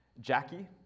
Jackie